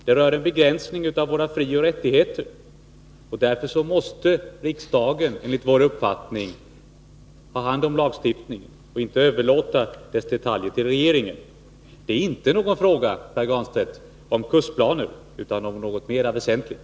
Det rör en begränsning av våra frioch rättigheter, och därför måste riksdagen enligt vår uppfattning ha hand om lagstiftningen och inte överlåta dess detaljer till regeringen. Det är inte en fråga om kursplaner utan om något mera väsentligt.